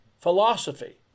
philosophy